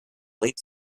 late